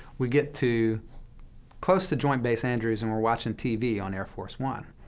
we get to close to joint base andrews, and we're watching tv on air force one,